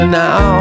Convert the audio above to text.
now